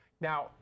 Now